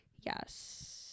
Yes